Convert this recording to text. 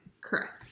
correct